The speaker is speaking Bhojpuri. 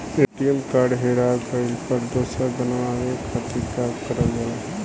ए.टी.एम कार्ड हेरा गइल पर दोसर बनवावे खातिर का करल जाला?